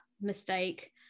mistake